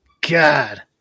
God